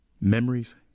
memories